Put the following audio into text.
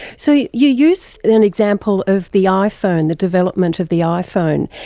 so you you use then an example of the iphone, the development of the iphone,